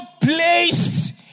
placed